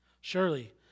Surely